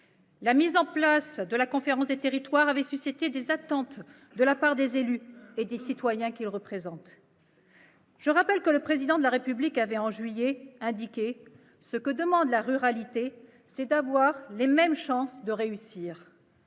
La mise en place de la conférence des territoires avait suscité des attentes de la part des élus et des citoyens qu'ils représentent. Je rappelle que le Président de la République avait, en juillet, indiqué :« Ce que demande la ruralité [...], c'est d'avoir les mêmes chances de réussir.